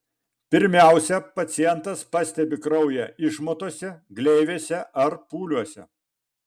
pirmiausia pacientas pastebi kraują išmatose gleivėse ar pūliuose